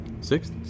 Sixth